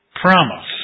promise